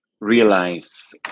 realize